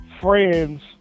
friends